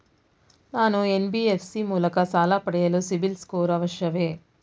ನಾನು ಎನ್.ಬಿ.ಎಫ್.ಸಿ ಮೂಲಕ ಸಾಲ ಪಡೆಯಲು ಸಿಬಿಲ್ ಸ್ಕೋರ್ ಅವಶ್ಯವೇ?